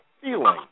feeling